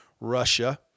Russia